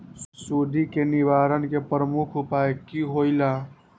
सुडी के निवारण के प्रमुख उपाय कि होइला?